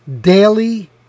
daily